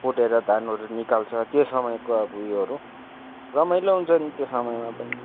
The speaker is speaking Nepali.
कुटेर धानहरू निकाल्छ त्यो समयको अब उयोहरू रमाइलो हुन्छ नि त्यो समयमा पनि